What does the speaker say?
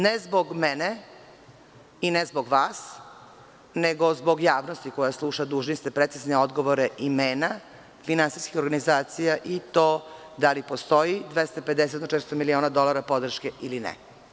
Ne zbog mene i ne zbog vas, nego zbog javnosti koja sluša, dužni ste precizne odgovore imena finansijskih organizacija, i to da li postoji 250 do 400 miliona dolara podrške ili ne?